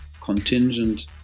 contingent